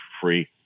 free